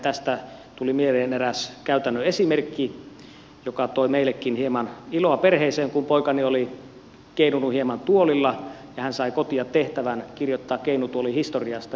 tästä tuli mieleen eräs käytännön esimerkki joka toi meillekin hieman iloa perheeseen kun poikani oli keinunut hieman tuolilla ja hän sai kotiin tehtävän kirjoittaa keinutuolin historiasta